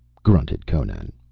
grunted conan.